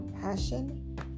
passion